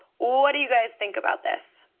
what you guys think about this?